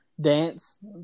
dance